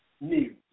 news